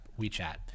WeChat